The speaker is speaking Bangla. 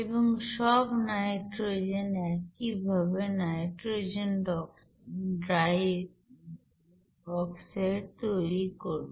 এবং সব নাইট্রোজেন একইভাবে নাইট্রোজেন ডাই অক্সাইড তৈরি করবে